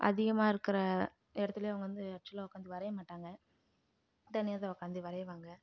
அதிகமா இருக்கிற இடத்துலையோ அவங்க வந்து ஆக்சுவலாக உக்காந்து வரைய மாட்டாங்க தனியாக தான் உக்காந்து வரைவாங்க